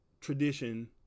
tradition